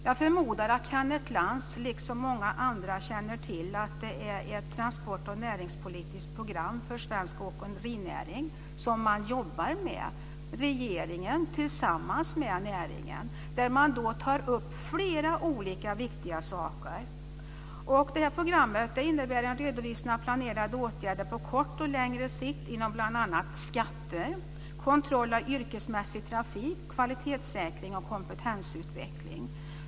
Jag förmodar att Kenneth Lantz, liksom många andra, känner till att regeringen tillsammans med näringen jobbar med ett transport och näringspolitiskt program för svensk åkerinäring där man tar upp flera olika viktiga saker. Programmet innebär en redovisning av planerade åtgärder på kort och längre sikt inom bl.a. skatter, kontroll av yrkesmässig trafik, kvalitetssäkring och kompetensutveckling.